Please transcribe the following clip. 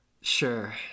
sure